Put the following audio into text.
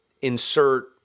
insert